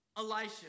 Elisha